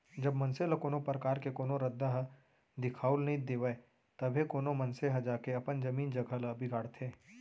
जब मनसे ल कोनो परकार ले कोनो रद्दा ह दिखाउल नइ देवय तभे कोनो मनसे ह जाके अपन जमीन जघा ल बिगाड़थे